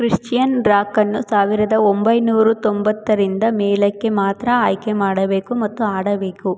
Christian rock ಅನ್ನು ಸಾವಿರದ ಒಂಬೈನೂರು ತೊಂಬತ್ತರಿಂದ ಮೇಲಕ್ಕೆ ಮಾತ್ರ ಆಯ್ಕೆ ಮಾಡಬೇಕು ಮತ್ತು ಆಡಬೇಕು